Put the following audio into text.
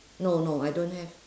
no no I don't have